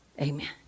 amen